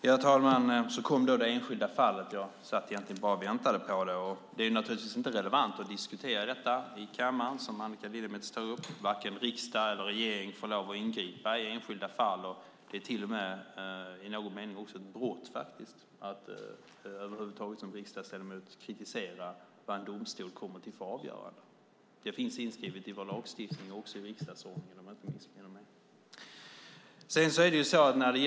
Herr talman! Så kom det enskilda fallet. Jag satt egentligen bara och väntade på det. Det är naturligtvis inte relevant att i kammaren diskutera det som Annika Lillemets tar upp. Varken riksdag eller regering får lov att ingripa i enskilda fall. Det är till och med i någon mening ett brott att som riksdagsledamot över huvud taget kritisera vilket avgörande en domstol kommer fram till. Det finns inskrivet i vår lagstiftning, också i riksdagsordningen om jag inte missminner mig.